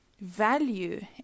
value